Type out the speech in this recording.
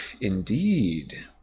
Indeed